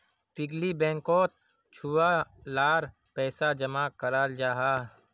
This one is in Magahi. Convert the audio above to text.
पिग्गी बैंकोत छुआ लार पैसा जमा कराल जाहा